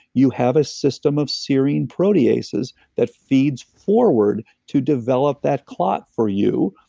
you have a system of searing proteases that feeds forward to develop that clot for you.